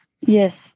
Yes